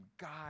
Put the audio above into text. God